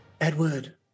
Edward